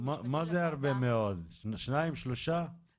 את הדיון הזה התחלתם ישר בסעיף 33יד ואני מבקשת להעיר לגביו,